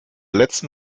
letzten